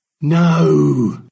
No